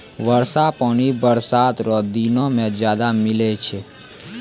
वर्षा पानी बरसात रो दिनो मे ज्यादा मिलै छै